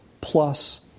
plus